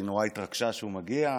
והיא נורא התרגשה שהוא מגיע.